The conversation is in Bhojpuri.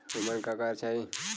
ओमन का का चाही?